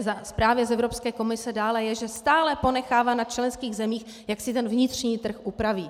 Ve zprávě z Evropské komise dále je, že stále ponechává na členských zemích, jak si ten vnitřní trh upraví.